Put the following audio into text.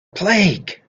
plague